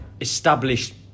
established